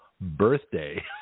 birthday